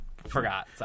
Forgot